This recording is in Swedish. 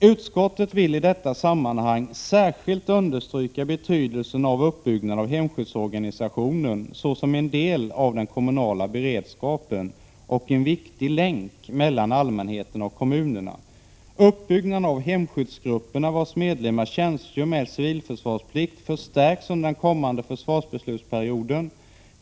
”Utskottet vill i detta sammanhang särskilt understryka betydelsen av uppbyggnaden av hemskyddsorganisationen såsom en del av den kommunala beredskapen och en viktig länk mellan allmänheten och kommunerna. | Uppbyggnaden av hemskyddsgrupperna, vars medlemmar tjänstgör med civilförsvarsplikt, förstärks under den kommande försvarsbeslutsperioden.